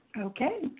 Okay